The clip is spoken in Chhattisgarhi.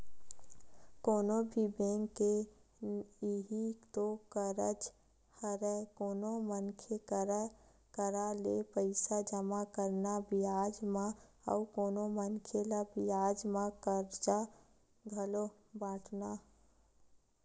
कोनो भी बेंक के इहीं तो कारज हरय कोनो मनखे करा ले पइसा जमा करना बियाज म अउ कोनो मनखे ल बियाज म करजा घलो बाटना